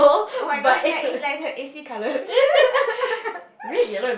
oh-my-gosh like it's like the a_c colours